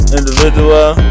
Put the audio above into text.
individual